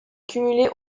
cumulé